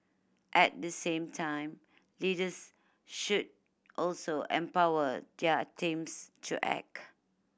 at the same time leaders should also empower their teams to act